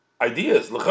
ideas